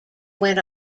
went